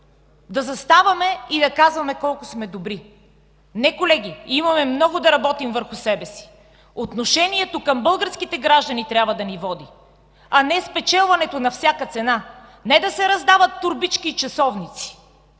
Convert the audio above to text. да заставаме и да казваме колко сме добри. Не, колеги, имаме много да работим върху себе си. Отношението към българските граждани трябва да ни води, а не спечелването на всяка цена. Не да се раздават торбички и часовници,